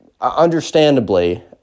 understandably